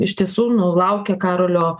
iš tiesų nu laukia karolio